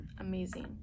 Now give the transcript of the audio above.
amazing